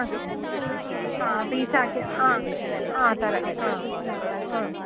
ആ ആ പീസ് ആക്കി ആ ആ തരാം ആ എന്നാൽ ആ